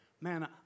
Man